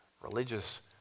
religious